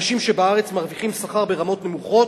שאנשים בארץ מרוויחים שכר ברמות נמוכות,